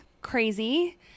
crazy